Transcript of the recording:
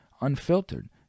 unfiltered